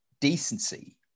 decency